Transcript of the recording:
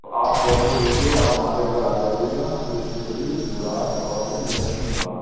तो आप डैमो ले कर आप हमारे घर आ जाइएगा कृष्णपुरी मुरार गवालियर लक्ष्मी निवास